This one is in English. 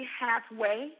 halfway